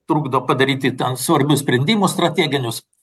trukdo padaryti ten svarbius sprendimus strateginius